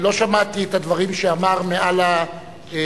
לא שמעתי את הדברים שאמר מהיציע,